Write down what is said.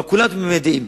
אבל כולם תמימי דעים,